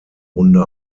runde